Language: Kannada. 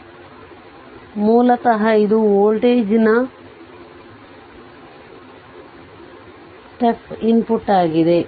ಆದ್ದರಿಂದ ಮೂಲತಃ ಇದು ವೋಲ್ಟೇಜ್ ಸ್ಟೆಪ್ ಇನ್ಪುಟ್ ಆಗಿದೆ